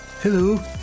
Hello